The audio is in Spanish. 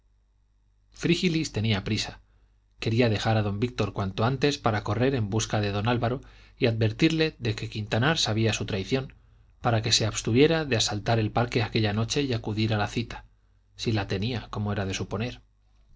frígilis tenía prisa quería dejar a don víctor cuanto antes para correr en busca de don álvaro y advertirle de que quintanar sabía su traición para que se abstuviera de asaltar el parque aquella noche y acudir a la cita si la tenía como era de suponer